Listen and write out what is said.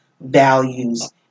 values